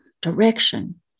direction